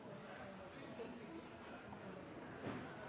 Henriksen,